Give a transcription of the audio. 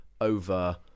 over